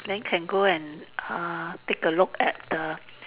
then can go and err take a look at the